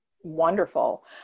wonderful